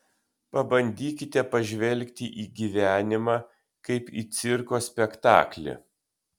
pabandykite pažvelgti į gyvenimą kaip į cirko spektaklį